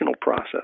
process